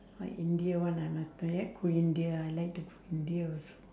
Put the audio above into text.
india one I must I like go india I like to go india also